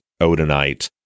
Odinite